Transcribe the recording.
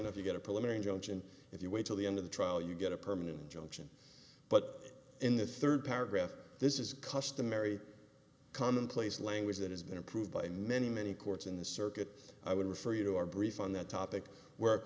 injunction if you wait till the end of the trial you get a permanent injunction but in the third paragraph this is customary commonplace language that has been approved by many many courts in the circuit i would refer you to our brief on that topic were